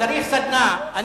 צריך סדנה.